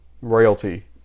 royalty